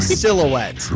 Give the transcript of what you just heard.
silhouette